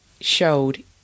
showed